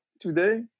today